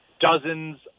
dozens